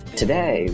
today